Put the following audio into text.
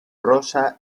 rosa